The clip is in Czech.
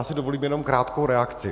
Já si dovolím jenom krátkou reakci.